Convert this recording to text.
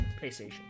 Playstation